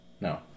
no